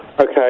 Okay